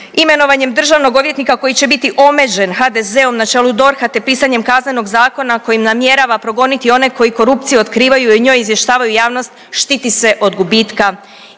imenovanjem državnog odvjetnika koji će biti omeđen HDZ-om na čelu DORH-a te pisanjem Kaznenog zakona kojim namjerava progoniti one koji korupciju i o njoj izvještavaju javnost štiti se od gubitka